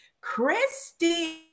Christy